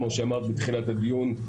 כמו שאמרת בתחילת הדיון,